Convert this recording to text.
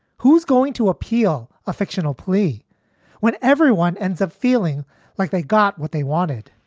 who's going to appeal a fictional plea when everyone ends up feeling like they got what they wanted?